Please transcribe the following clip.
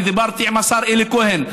ודיברתי עם השר אלי כהן,